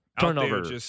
turnover